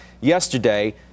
yesterday